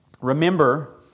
remember